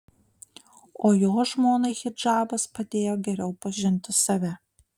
o jo žmonai hidžabas padėjo geriau pažinti save